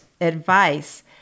advice